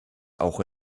auch